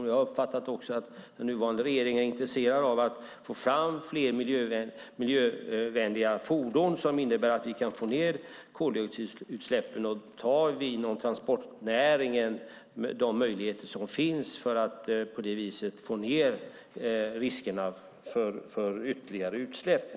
Jag har även uppfattat att den nuvarande regeringen är intresserad av att få fram mer miljövänliga fordon som innebär att vi kan få ned koldioxidutsläppen. Inom transportnäringen finns möjligheter att tillvarata för att på det viset få ned riskerna för ytterligare utsläpp.